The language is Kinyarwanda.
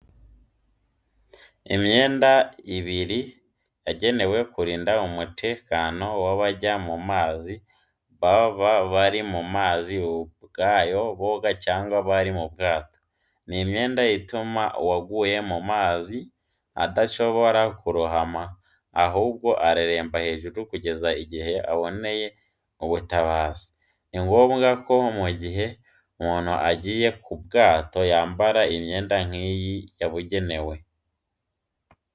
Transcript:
Imyenda ibiri yagenewe kurinda umutekano w'abajya mu mazi, baba bari mu mazi ubwayo boga cyangwa bari mu bwato. Ni imyenda ituma uwaguye mu mazi adashobora kurohama, ahubwo areremba hejuru kugeza igihe aboneye ubutabazi. Ni ngombwa ko mu gihe umuntu agiye mu bwato yambara imyenda nk'iyi yabugenewe.